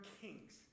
kings